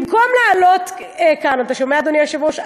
במקום לעלות כאן, אתה שומע, אדוני היושב-ראש?